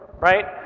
right